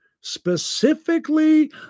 specifically